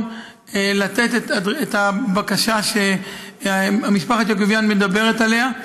למלא את הבקשה שמשפחת יעקוביאן מדברת עליה.